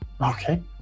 Okay